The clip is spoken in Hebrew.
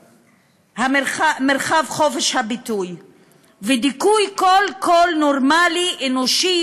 מרחב חופש הביטוי ודיכוי כל קול נורמלי אנושי,